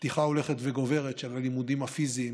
פתיחה הולכת וגוברת של הלימודים הפיזיים